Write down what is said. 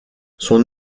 son